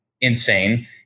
insane